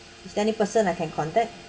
is there any person I can contact